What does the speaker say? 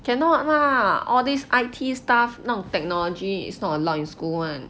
cannot lah all these I_T stuff 那种 technology is not allowed school [one]